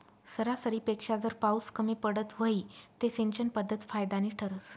सरासरीपेक्षा जर पाउस कमी पडत व्हई ते सिंचन पध्दत फायदानी ठरस